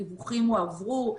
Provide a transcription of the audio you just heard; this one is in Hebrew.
הדיווחים הועברו.